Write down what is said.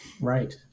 Right